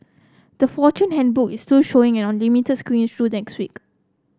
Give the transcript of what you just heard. the Fortune Handbook is still showing on limited screen through next week